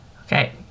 Okay